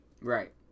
Right